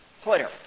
clear